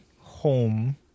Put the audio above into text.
home